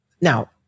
Now